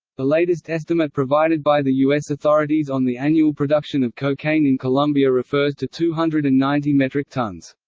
the latest estimate provided by the u s. authorities on the annual production of cocaine in colombia refers to two hundred and ninety metric tons.